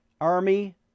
army